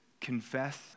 Confess